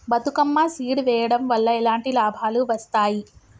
Bathukamma seed వెయ్యడం వల్ల ఎలాంటి లాభాలు వస్తాయి?